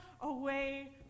away